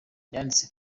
yanditswe